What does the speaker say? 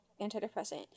antidepressant